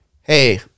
hey